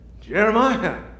Jeremiah